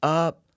up